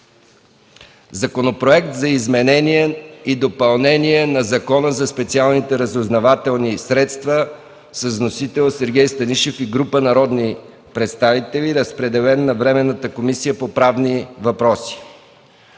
Законопроект за изменение и допълнение на Закона за специалните разузнавателни средства. Вносители – Сергей Станишев и група народни представители. Разпределен е на Временната комисия по правни въпроси.